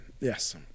Yes